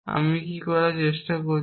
আমি কি করার চেষ্টা করছি